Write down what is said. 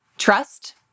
Trust